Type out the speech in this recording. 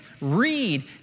read